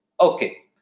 okay